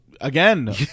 Again